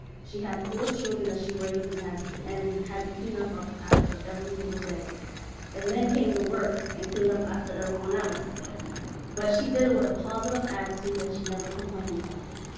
she had four children that she raised and had to had to clean up up after every single day and then came to work and cleaned up after everyone else but she did it with a positive attitude and she never complained about it.